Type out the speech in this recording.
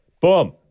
boom